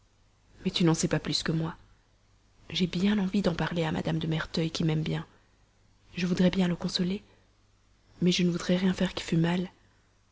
mais tu n'en sais pas plus que moi j'ai bien envie d'en parler à mme de merteuil qui m'aime bien je voudrais bien le consoler mais je ne voudrais rien faire qui fût mal